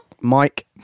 Mike